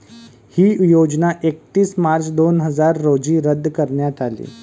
ही योजना एकतीस मार्च दोन हजार रोजी रद्द करण्यात आली